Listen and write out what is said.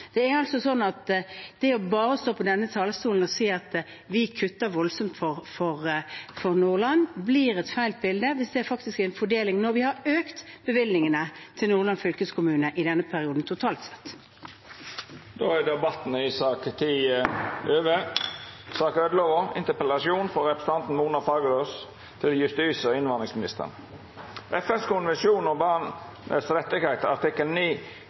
Det å bare stå på denne talerstolen og si at vi kutter voldsomt for Nordland, gir et feil bilde. Vi ser faktisk en fordeling nå hvor vi har økt bevilgningene til Nordland fylkeskommune i denne perioden totalt sett. Då er debatten i sak